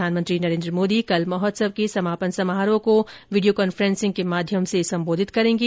प्रधानमंत्री नरेन्द्र मोदी कल महोत्सव के समापन समारोह को वीडियो कांफ्रेसिंग के माध्यम से संबोधित करेंगे